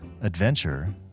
adventure